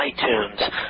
iTunes